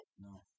No